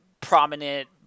prominent